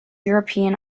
european